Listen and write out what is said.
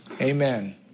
Amen